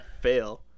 Fail